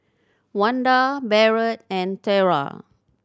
Wanda Barrett and Tera